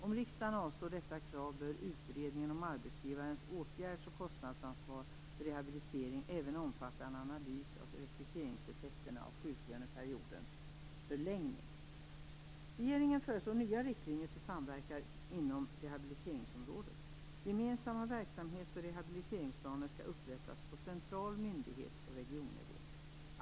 Om riksdagen avslår detta krav bör utredningen om arbetsgivarens åtgärds och kostnadsansvar för rehabilitering även omfatta en analys av rekryteringseffekterna av sjuklöneperiodens förlängning. Regeringen föreslår nya riktlinjer för samverkan inom rehabiliteringsområdet. Gemensamma verksamhets och rehabiliteringsplaner skall upprättas på central myndighet och på regionnivå.